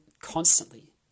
constantly